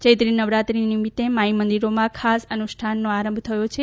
ચૈત્રી નવરાત્રી નિમિત્તે માઇમંદિરોમાં ખાસ અનુષ્ઠાનનો આરંભ થયો છે